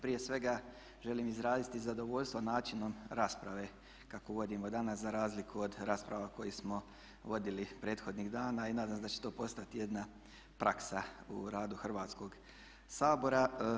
Prije svega želim izraziti zadovoljstvo načinom rasprave kakvu vodimo danas za razliku od rasprava koje smo vodili prethodnih dana i nadam se da će to postati jedna praksa u radu Hrvatskog sabora.